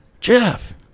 Jeff